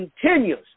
continues